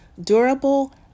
durable